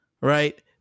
Right